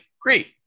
Great